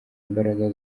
imbaraga